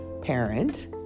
parent